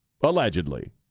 Allegedly